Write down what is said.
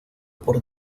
por